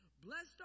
blessed